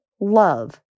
love